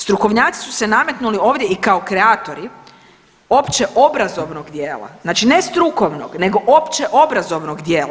Strukovnjaci su se nametnuli ovdje i kao kreatori opće obrazovnog dijela, znači ne strukovnog, nego opće obrazovnog dijela.